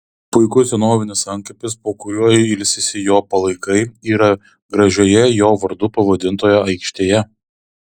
puikus senovinis antkapis po kuriuo ilsisi jo palaikai yra gražioje jo vardu pavadintoje aikštėje